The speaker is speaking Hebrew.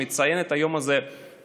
שמציין את היום הזה היום,